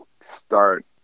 start